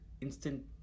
instant